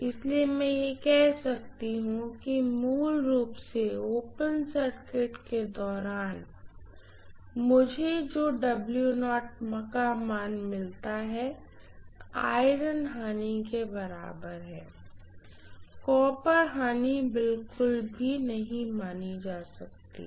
इसलिए मैं यह कह सकती हूँ कि मूल रूप से ओपन सर्किट के दौरान मुझे जो W0 का मान मिलता है आयरन लॉस के बराबर है कॉपर लॉस बिल्कुल भी नहीं माना जाता है